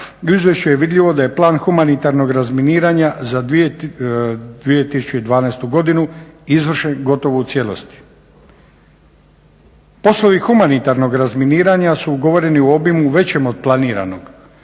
Izvješću je vidljivo da je Plan humanitarnog razminiranja za 2012. godinu izvršen gotovo u cijelosti. Poslovi humanitarnog razminiranja su ugovoreni u obimu većem od planiranog.